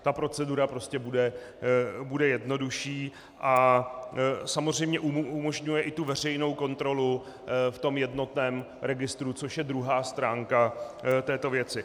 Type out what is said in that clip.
Ta procedura prostě bude jednodušší a samozřejmě umožňuje i veřejnou kontrolu v jednotném registru, což je druhá stránka této věci.